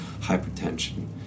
hypertension